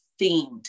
themed